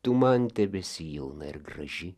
tu man tebesi jauna ir graži